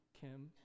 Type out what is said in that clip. Kim